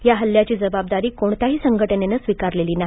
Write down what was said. या हल्ल्याची जबाबदारी कोणत्याही संघटनेने स्वीकारलेली नाही